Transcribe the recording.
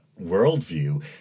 worldview